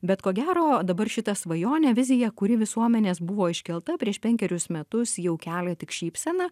bet ko gero dabar šita svajonė vizija kuri visuomenės buvo iškelta prieš penkerius metus jau kelia tik šypseną